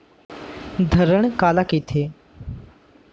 धरण काला कहिथे?